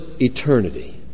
eternity